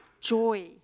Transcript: joy